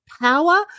power